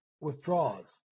withdraws